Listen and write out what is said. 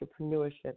entrepreneurship